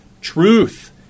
truth